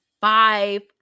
five